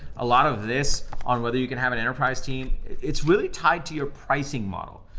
a lot of this on whether you can have an enterprise team, it's really tied to your pricing model.